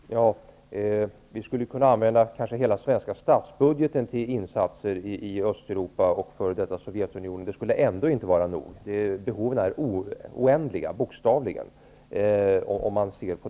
Herr talman! Vi skulle kunna använda hela den svenska statsbudgeten till insatser i Östeuropa och f.d. Sovjetunionen, men det skulle ändå inte vara nog. Behoven är bokstavligen oändliga.